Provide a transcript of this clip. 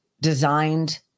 designed